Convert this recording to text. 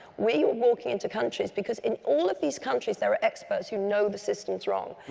we are walking into countries because in all of these countries there are experts, who know the system's wrong,